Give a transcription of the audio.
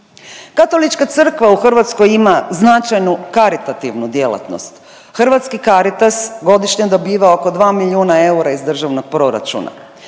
Katolička crkva u Hrvatskoj ima značajnu karitativnu djelatnost. Hrvatski Caritas godišnje dobiva oko 2 milijuna eura iz državnog proračuna.